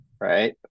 Right